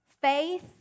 Faith